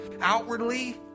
outwardly